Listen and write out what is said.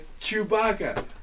Chewbacca